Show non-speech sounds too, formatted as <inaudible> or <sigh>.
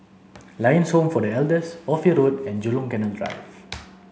Lions Home for the Elders Ophir Road and Jurong Canal Drive <noise>